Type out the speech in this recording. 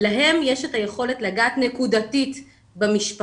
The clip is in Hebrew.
להם יש את היכולת לגעת נקודתית במשפחות,